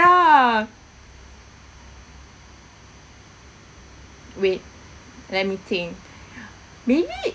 ya wait let me think maybe